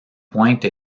pointe